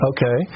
Okay